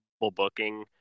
booking